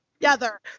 Together